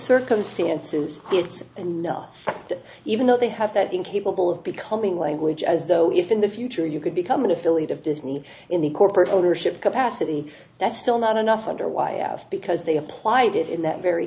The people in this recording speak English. circumstances it's enough that even though they have that incapable of becoming language as though if in the future you could become an affiliate of disney in the corporate ownership capacity that's still not enough under why i asked because they apply i did in that very